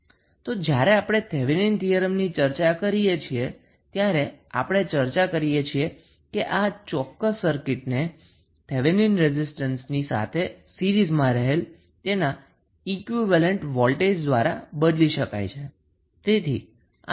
તો જ્યારે આપણે થેવેનિન થીયરમની ચર્ચા કરીએ છીએ ત્યારે આપણે ચર્ચા કરીએ છીએ કે આ ચોક્કસ સર્કિટને થેવેનિન રેઝિસ્ટન્સને સીરીઝમાં રહેલા તેના ઈક્વીવેલેન્ટ વોલ્ટેજ દ્વારા બદલી શકાય છે